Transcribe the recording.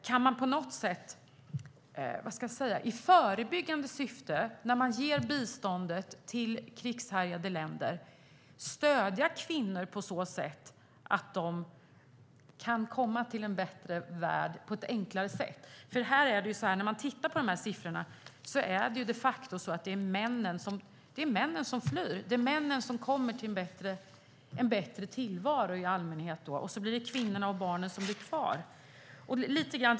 Kan man på något sätt i förebyggande syfte inom biståndet till krigshärjade länder stödja kvinnor på så sätt att de kan komma till en bättre värld på ett enklare sätt? Siffrorna visar de facto att det är männen som flyr. Det är i allmänhet männen som får en bättre tillvaro medan kvinnorna och barnen blir kvar.